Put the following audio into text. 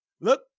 Look